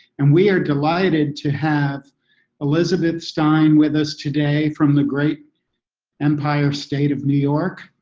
and we are delighted to have elizabeth stein with us today from the great empire state of new york,